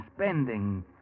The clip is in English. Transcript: spending